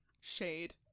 Shade